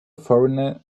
foreigner